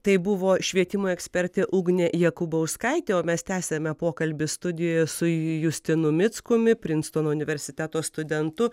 tai buvo švietimo ekspertė ugnė jakubauskaitė o mes tęsiame pokalbį studijoje su justinu mickumi prinstono universiteto studentu